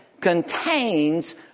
contains